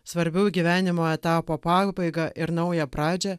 svarbių gyvenimo etapo pabaigą ir naują pradžią